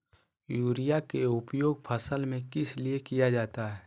Urea के उपयोग फसल में किस लिए किया जाता है?